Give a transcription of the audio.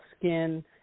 skin